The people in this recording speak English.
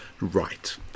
Right